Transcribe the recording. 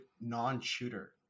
non-shooter